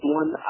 one